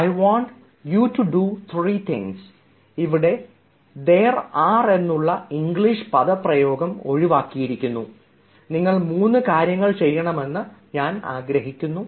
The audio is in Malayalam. I want you to do three things ഇവിടെ ദെയർ ആർ എന്നുള്ള ഇംഗ്ലീഷ് പദപ്രയോഗം ഒഴിവാക്കിയിരിക്കുന്നു നിങ്ങൾ മൂന്ന് കാര്യങ്ങൾ ചെയ്യണമെന്ന് ഞാൻ ആഗ്രഹിക്കുന്നു